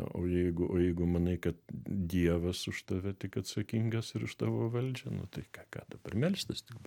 o jeigu o jeigu manai kad dievas už tave tik atsakingas ir už tavo valdžią nu tai ką ką dabar melstis tiktai